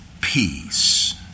peace